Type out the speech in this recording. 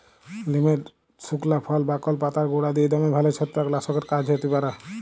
লিমের সুকলা ফল, বাকল এবং পাতার গুঁড়া দিঁয়ে দমে ভাল ছত্রাক লাসকের কাজ হ্যতে পারে